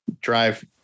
drive